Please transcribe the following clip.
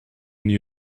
new